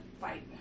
fight